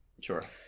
Sure